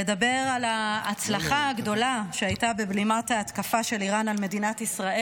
לדבר על ההצלחה הגדולה שהייתה בבלימת ההתקפה של איראן על מדינת ישראל.